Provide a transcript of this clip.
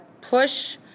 push